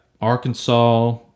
Arkansas